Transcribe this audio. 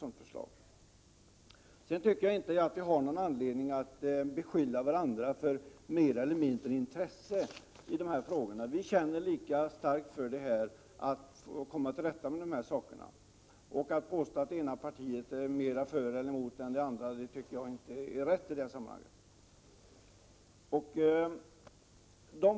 Sedan tycker jag inte att vi har någon anledning att beskylla varandra för större eller mindre intresse i dessa frågor. Vi känner lika starkt för att vi måste komma till rätta med problemen. Att påstå att det ena partiet är mera för eller emot än det andra tycker jag alltså inte är rätt i detta sammanhang.